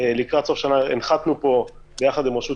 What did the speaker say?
לקראת סוף השנה הנחתנו פה ביחד עם רשות